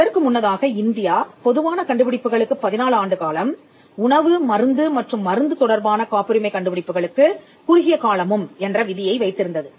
அதற்கு முன்னதாக இந்தியா பொதுவான கண்டுபிடிப்புகளுக்கு 14 ஆண்டுகாலம் உணவு மருந்து மற்றும் மருந்து தொடர்பான காப்புரிமை கண்டுபிடிப்புகளுக்கு குறுகிய காலமும் என்ற விதியை வைத்திருந்தது